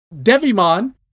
Devimon